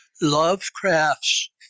Lovecraft's